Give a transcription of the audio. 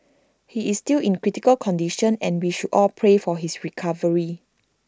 he is still in critical condition and we should all pray for his recovery